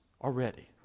already